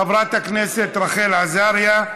חברת הכנסת רחל עזריה,